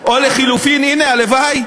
או לחלופין, הלוואי.